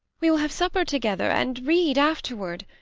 we will have supper together and read afterward.